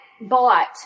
bought